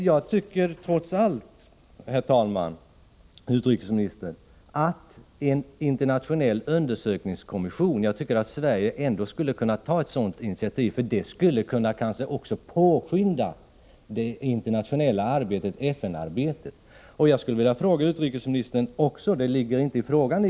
Jag tycker trots allt, herr utrikesminister, att Sverige borde ta initiativ till en internationell undersökningskommission, för det skulle kanske kunna påskynda även det internationella FN-arbetet. Det ligger visserligen inte i själva frågan, men jag skulle ändå vilja fråga utrikesministern en annan sak också.